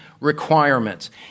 requirements